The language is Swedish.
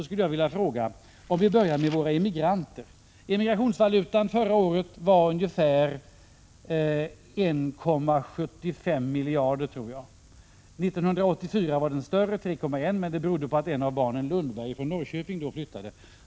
Låt oss nu börja med våra emigranter. Emigrationsvalutan var förra året 1,75 miljarder kronor, tror jag. År 1984 var den större, 3,1 miljarder, men det berodde på att ett av barnen Lundberg från Norrköping då flyttade.